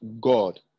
God